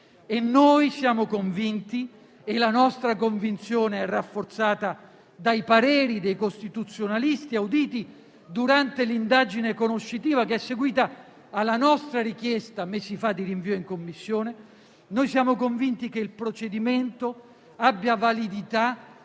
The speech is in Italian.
Noi siamo convinti - la nostra convinzione è rafforzata dai pareri dei costituzionalisti auditi durante l'indagine conoscitiva, che è seguita alla nostra richiesta di rinvio in Commissione di mesi fa - che il procedimento abbia validità